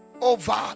over